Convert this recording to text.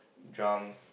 drums